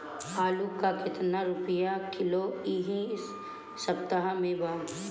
आलू का कितना रुपया किलो इह सपतह में बा?